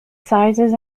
sizes